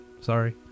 sorry